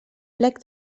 plec